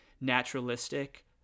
naturalistic